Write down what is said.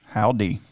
Howdy